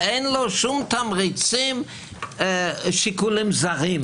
אין לו שום שיקולים זרים.